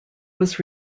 was